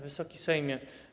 Wysoki Sejmie!